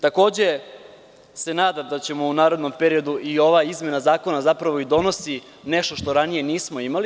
Takođe, se nada da ćemo u narednom periodu i ova izmena zakona zapravo i donosi nešto što ranije nismo imali.